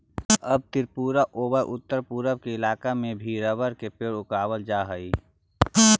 अब त्रिपुरा औउर उत्तरपूर्व के इलाका में भी रबर के पेड़ उगावल जा हई